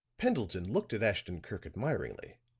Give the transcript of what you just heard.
pendleton looked at ashton-kirk admiringly